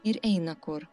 ir eina kur